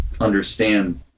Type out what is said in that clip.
understand